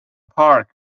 park